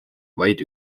vaid